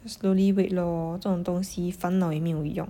slowly wait lor 这种东西烦恼也没有用